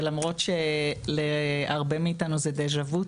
ולמרות שלהרבה מאיתנו זה דה-ז'ה-וו.